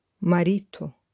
marito